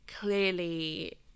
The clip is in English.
clearly